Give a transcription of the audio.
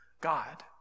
God